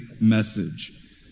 message